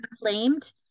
claimed